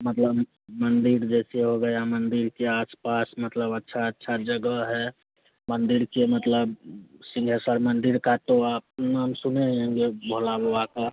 मतलब मंदिर जैसे हो गया मंदिर के आस पास मतलब अच्छी अच्छी जगह है मंदिर से मतलब सिंहेश्वर मंदिर का तो आप नाम सुने हैं ये भोला बाबा का